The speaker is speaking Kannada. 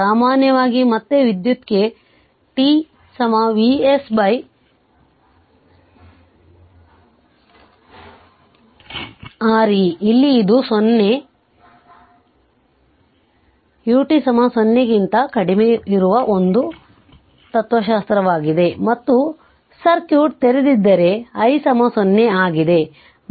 ಸಾಮಾನ್ಯವಾಗಿ ಮತ್ತೆ ವಿದ್ಯುತ್ಗೆ t Vs R e ಇಲ್ಲಿ ಇದು 0 ut 0 ಗಿಂತ ಕಡಿಮೆ ಇರುವ ಒಂದೇ ತತ್ತ್ವಶಾಸ್ತ್ರವಾಗಿದೆ ಮತ್ತು ಸರ್ಕ್ಯೂಟ್ ತೆರೆದಿದ್ದರಿಂದ i 0 ಆಗಿದ್ದೆ